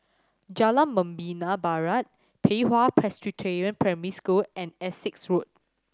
Jalan Membina Barat Pei Hwa Presbyterian Primary School and Essex Road